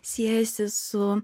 siejasi su